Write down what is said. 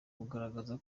kugaragaza